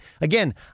Again